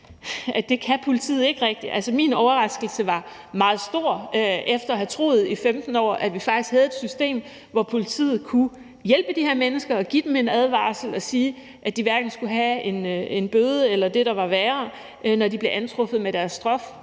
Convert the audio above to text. det kan politiet ikke rigtig gøre. Altså, min overraskelse var meget stor, efter at jeg i 15 år havde troet, at vi faktisk havde et system, hvor politiet kunne hjælpe de her mennesker ved at give dem en advarsel og sige, at de hverken skulle have en bøde eller det, der var værre, når de blev antruffet med deres stof,